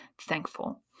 thankful